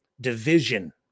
division